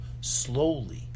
slowly